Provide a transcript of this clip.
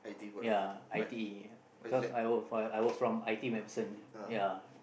ya I_T_E cause I were find I was from I_T_E MacPherson